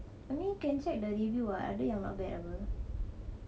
I mean you can check the review [what] ada yang not bad [pe]